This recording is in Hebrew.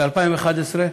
ב-2011.